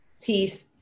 teeth